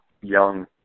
young